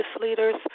leaders